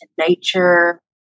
nature